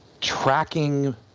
tracking